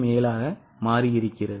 07 ஆக மாறி இருக்கிறது